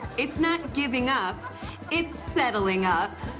it's not giving up it's settling up.